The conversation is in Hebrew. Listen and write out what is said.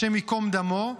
השם ייקום דמו,